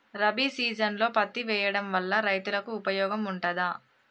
రబీ సీజన్లో పత్తి వేయడం వల్ల రైతులకు ఉపయోగం ఉంటదా?